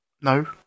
No